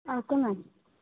okay ma'am